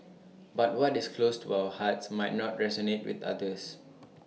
but what is close to our hearts might not resonate with others